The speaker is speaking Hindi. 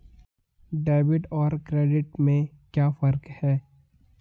डेबिट और क्रेडिट में क्या फर्क है?